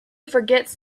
forgets